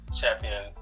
champion